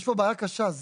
יש פה בעיה קשה.